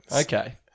Okay